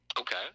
Okay